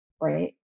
right